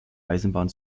eisenbahn